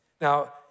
Now